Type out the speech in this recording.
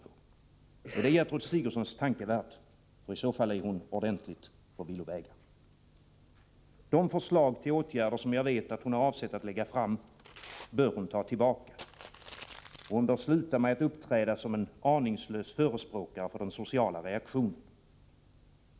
Är det Gertrud Sigurdsens tankevärld? I så fall är hon ordentligt på villovägar. De förslag till åtgärder som jag vet att hon har avsett att lägga fram, bör hon ta tillbaka. Hon bör sluta med att uppträda som en aningslös förespråkare för den sociala reaktionen.